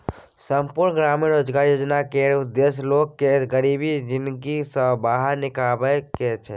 संपुर्ण ग्रामीण रोजगार योजना केर उद्देश्य लोक केँ गरीबी जिनगी सँ बाहर निकालब छै